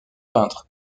peintres